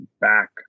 back